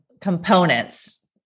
components